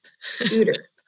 scooter